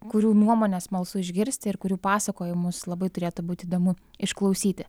kurių nuomonę smalsu išgirsti ir kurių pasakojimus labai turėtų būt įdomu išklausyti